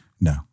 no